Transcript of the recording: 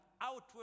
outward